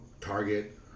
Target